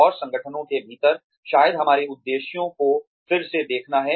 और संगठनों के भीतर शायद हमारे उद्देश्यों को फिर से देखना है